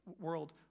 world